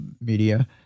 media